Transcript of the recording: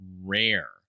rare